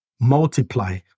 multiply